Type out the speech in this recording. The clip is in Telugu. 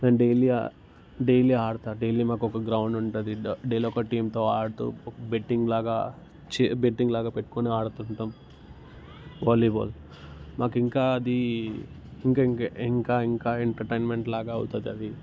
నేను డైలీ డైలీ ఆడుతాను డైలీ మాకు ఒక గ్రౌండ్ ఉంటుంది డైలీ ఒక టీంతో ఆడుతూ బెట్టింగ్ లాగా చే బెట్టింగ్ లాగా పెట్టుకొని ఆడుతుంటాం వాలీబాల్ మాకు ఇంకా అది ఇంక ఇంక ఇంకా ఇంకా ఎంటర్టైన్మెంట్ లాగా అవుతుంది అది